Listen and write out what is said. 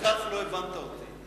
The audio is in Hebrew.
אם כך, לא הבנת אותי.